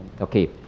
Okay